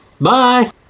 Bye